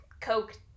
coke